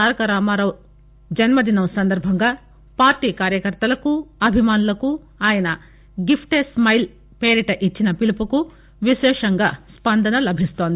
తారక రామారావు జన్నదినం సందర్భంగా పార్టీ కార్యకర్తలకు అభిమానులకు ఆయన గిఫ్ట్ ఏ స్మైల్ పేరిట ఇచ్చిన పిలుపుకు విశేషంగా స్పందన లభిస్తోంది